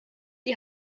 die